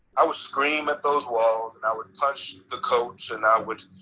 i would scream at those walls and i would punch the coats and i would